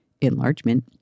enlargement